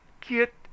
Get